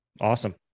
Awesome